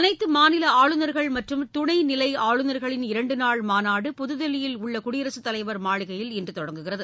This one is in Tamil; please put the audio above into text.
அனைத்து மாநில ஆளுநர்கள் மற்றும் துணை நிலை ஆளுநர்களின் இரண்டு நாள் மாநாடு புதுதில்லியில் உள்ள குடியரசுத் தலைவர் மாளிகையில் இன்று தொடங்குகிறது